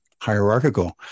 hierarchical